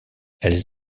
elles